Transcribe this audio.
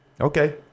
okay